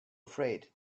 afraid